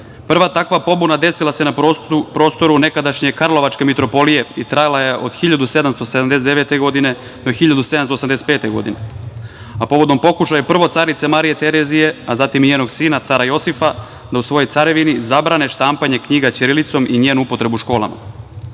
Prva takva pobuna desila se na prostoru nekadašnje Karlovačke mitropolije i trajala je od 1779. godine do 1785. godine, a povodom pokušaja prvo carice Marije Terezije, a zatim i njenog sina, cara Josifa, da u svojoj carevini zabrane štampanje knjiga ćirilicom i njenu upotrebu u